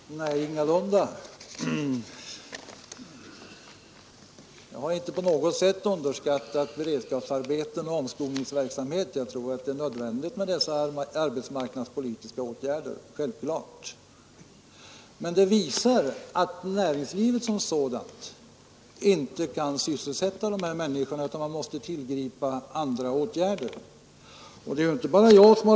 Herr talman! Nej, det vill jag ingalunda göra. Jag har inte på något sätt underskattat beredskapsarbeten och omskolningsverksamhet. Jag tror att dessa arbetsmarknadspolitiska åtgärder är nödvändiga. Men de visar att näringslivet som sådant inte kan sysselsätta de arbetslösa utan att andra åtgärder måste tillgripas.